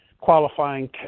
qualifying